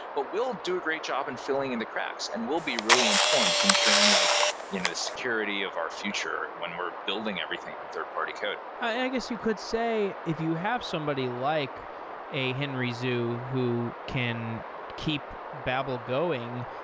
but will do a great job in filling in the cracks and will be really important ensuring like you know security of our future when we're building everything on third-party code. i guess you could say if you have somebody like a henry zhu who can keep babel going,